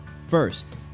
First